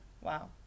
Wow